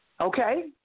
okay